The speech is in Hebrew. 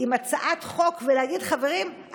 עם הצעת חוק ולהגיד: חברים,